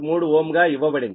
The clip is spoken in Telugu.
3 Ω గా ఇవ్వబడింది